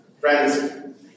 Friends